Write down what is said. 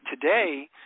today